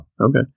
Okay